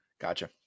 Gotcha